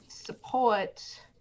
support